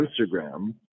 Instagram